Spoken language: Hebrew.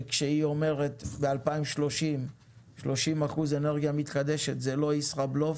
שכשהיא אומרת שב-2030 יהיו 30 אחוזי אנרגיה מתחדשת זה לא "ישראבלוף"